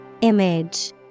Image